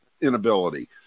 inability